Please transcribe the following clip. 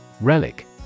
Relic